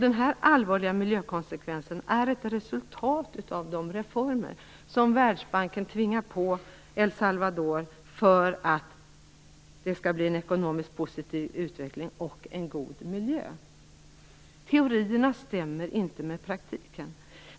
Den här allvarliga miljökonsekvensen är ett resultat av de reformer som Världsbanken tvingar på El Salvador för att det skall bli en ekonomiskt positiv utveckling och en god miljö. Teorierna stämmer inte med praktiken.